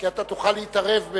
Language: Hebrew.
כי אתה תוכל להתערב,